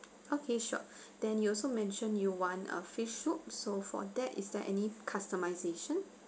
okay sure then you also mentioned you want err fish soup so for that is there any customization